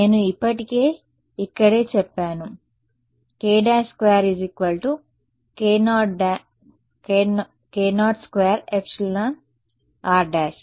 నేను ఇప్పటికే ఇక్కడే చెప్పాను k′2 k02 ε r′